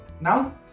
now